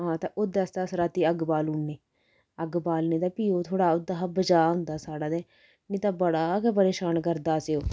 हां ते ओह्दे आस्तै अस रातीं अग्ग बाली ओड़ने अग्ग बालने ते फ्ही ओह् थोह्ड़ा ओह्दे हा बचाऽ होंदा साढ़ा ते नि ते बड़ा गै परेशान करदा असेंगी ओह्